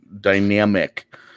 dynamic